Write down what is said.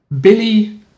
Billy